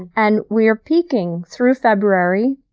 and we are peaking through february,